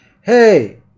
hey